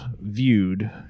viewed